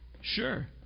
Sure